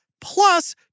plus